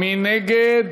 מי נגד?